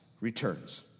returns